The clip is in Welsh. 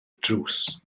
drws